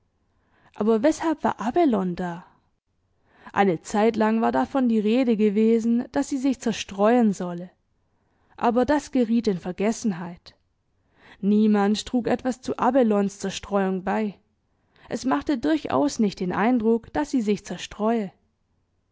aber weshalb war abelone da eine zeitlang war davon die rede gewesen daß sie sich zerstreuen solle aber das geriet in vergessenheit niemand trug etwas zu abelones zerstreuung bei es machte durchaus nicht den eindruck daß sie sich zerstreue